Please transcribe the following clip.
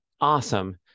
awesome